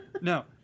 No